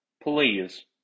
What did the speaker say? Please